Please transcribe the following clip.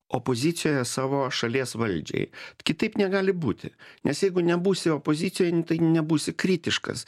opozicijoje savo šalies valdžiai kitaip negali būti nes jeigu nebūsi opozicijoj nu tai nebūsi kritiškas